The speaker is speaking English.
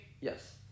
Yes